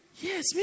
Yes